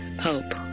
hope